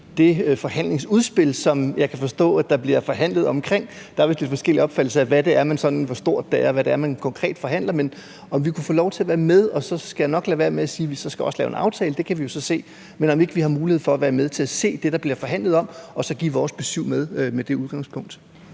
det forhandlingsudspil, som jeg kan forstå at der bliver forhandlet omkring – der er vist sådan lidt forskellige opfattelser af, hvor stort det er, og hvad det er, man konkret forhandler om. Men jeg vil spørge, om vi kunne få lov til at være med – og så skal jeg nok lade være med at sige, at vi så også skal lave en aftale; det kan vi jo se på – altså om ikke vi har mulighed for at se det, der bliver forhandlet om, og så give vores besyv med. Kl. 18:35 Den